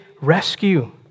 rescue